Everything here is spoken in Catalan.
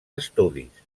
estudis